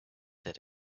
that